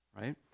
right